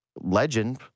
Legend